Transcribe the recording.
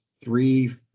three –